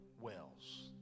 wells